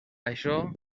això